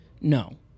No